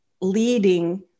leading